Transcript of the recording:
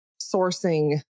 sourcing